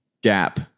gap